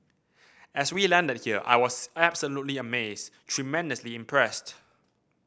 as we landed here I was absolutely amazed tremendously impressed